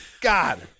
God